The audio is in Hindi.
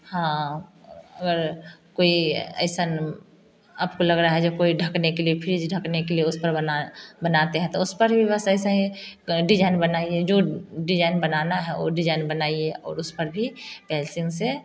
हाँ अगर कोई ऐसा आपको लग रहा है जो कोई ढकने के लिए फ्रिज ढकने के लिए उस पर बना बनाते हैं तो उस पर भी बस ऐसे ही डिजाइन बनाइए जो डिजाइन बनाना है वो डिजाइन बनाएं और उस पर भी पेन्सिल से